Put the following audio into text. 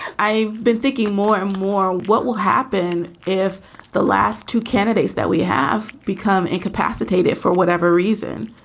i've been thinking more and more what will happen if the last two candidates that we have become incapacitated for whatever reason.